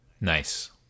Nice